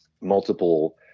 multiple